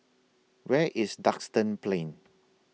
Where IS Duxton Plain